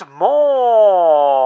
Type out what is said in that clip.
more